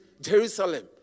Jerusalem